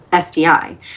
STI